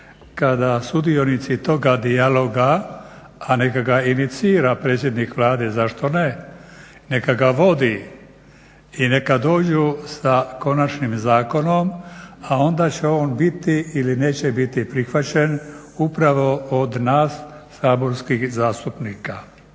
Kada sudionici toga dijaloga a neka ga inicira predsjednik Vlade zašto ne, neka ga vodi i neka dođu sa konačnim zakonom a onda će on biti ili neće biti prihvaćen upravo od nas saborskih zastupnika.